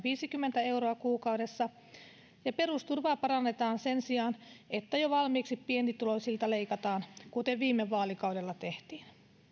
viisikymmentä euroa kuukaudessa ja perusturvaa parannetaan sen sijaan että jo valmiiksi pienituloisilta leikataan kuten viime vaalikaudella tehtiin